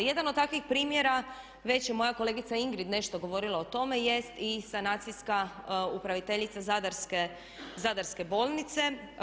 Jedan od takvih primjera već je moja kolegica Ingrid nešto govorila o tome jest i sanacijska upraviteljica Zadarske bolnice.